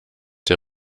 der